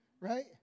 right